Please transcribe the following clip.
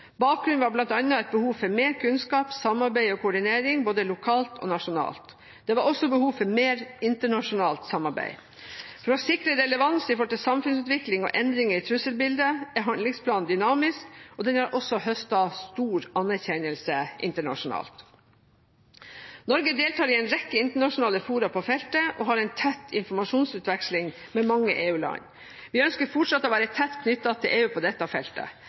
Bakgrunnen var bl.a. et behov for mer kunnskap, samarbeid og koordinering – både lokalt og nasjonalt. Det var også behov for mer internasjonalt samarbeid. For å sikre relevans i forhold til samfunnsutvikling og endringer i trusselbildet er handlingsplanen dynamisk, og den har også høstet stor anerkjennelse internasjonalt. Norge deltar i en rekke internasjonale fora på feltet, og vi har en tett informasjonsutveksling med mange EU-land. Vi ønsker fortsatt å være tett knyttet til EU på dette feltet.